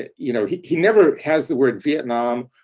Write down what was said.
ah you know, he he never has the word vietnam,